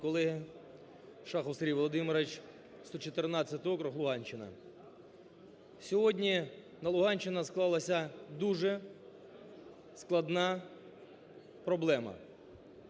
колеги! Шахов Сергій Володимирович, 114 округ, Луганщина. Сьогодні на Луганщині склалася дуже складна проблема.